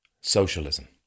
Socialism